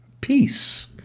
peace